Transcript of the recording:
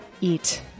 eat